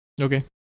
Okay